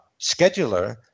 scheduler